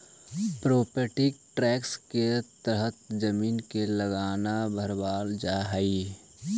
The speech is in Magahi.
प्रोपर्टी टैक्स के तहत जमीन के लगान भरवावल जा हई